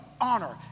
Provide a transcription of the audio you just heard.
honor